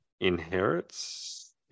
inherits